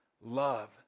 love